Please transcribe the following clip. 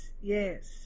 yes